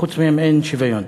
חוץ מהם אין שוויון,